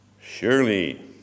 surely